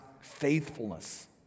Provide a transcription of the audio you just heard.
faithfulness